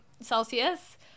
Celsius